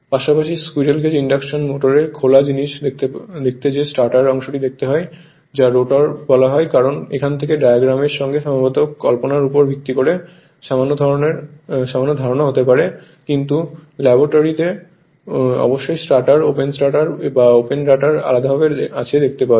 পাশাপাশি squirrel cage induction motor এটা খোলা জিনিস দেখতে যে স্টাটার অংশ দেখতে হয় যা রোটর বলা হয় কারণ এখান থেকে ডায়াগ্রাম এর সঙ্গে সম্ভবত কল্পনার উপর ভিত্তি করে সামান্য ধারণা হতে পারে কিন্তু ল্যাবরেটরিতে অবশ্যই স্ট্যাটার ওপেন স্টার্টার বা ওপেন রটার আলাদাভাবে আছে দেখতে পাওয়া যায়